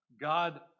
God